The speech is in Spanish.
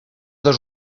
dos